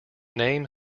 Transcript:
name